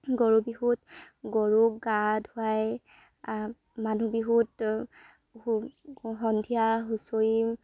গৰু বিহুত গৰুক গা ধুৱাই মানুহ বিহুত সন্ধিয়া হুঁচৰি